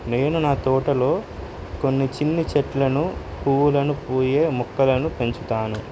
నేను నా తోటలో కొన్ని చిన్ని చెట్లను పువ్వులను పూసే మొక్కలను పెంచుతాను